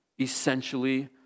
essentially